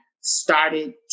started